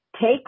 Take